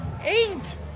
Eight